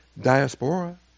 diaspora